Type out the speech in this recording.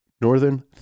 Northern